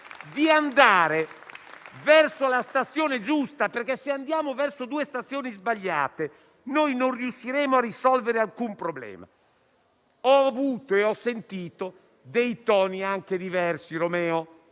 di andare verso la stazione giusta perché, se andiamo verso due stazioni sbagliate, non riusciremo a risolvere alcun problema. Ho sentito dei toni anche diversi,